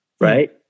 right